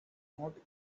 not